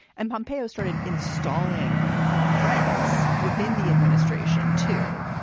and pompeo started installing friends within the administration, too.